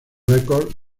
records